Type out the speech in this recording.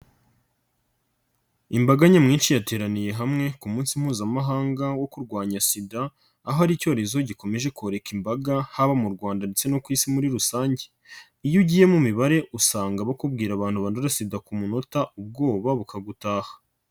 Imbaga nyamwinshi yateraniye hamwe ku munsi mpuzamahanga wo kurwanya SIDA, aho ari icyorezo gikomeje koreka imbaga haba mu Rwanda ndetse no ku Isi muri rusange, iyo ugiye mu mibare usanga bakubwira abantu bandura SIDA ku munota ubwoba bukagutaha.